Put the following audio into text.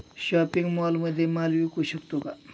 Shopping मॉलमध्ये माल विकू शकतो का?